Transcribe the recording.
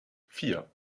vier